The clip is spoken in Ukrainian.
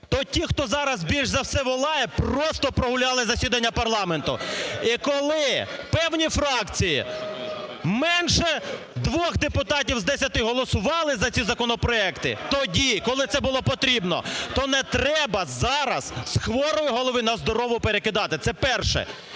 ті, хто зараз більш за все волає, просто прогуляли засідання парламенту. І коли певні фракції, менше двох депутатів з десяти голосували за ці законопроекти тоді, коли це було потрібно, то не треба зараз з хворої голови на здорову перекидати. Це перше.